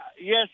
Yes